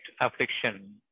affliction